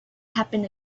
happen